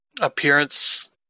appearance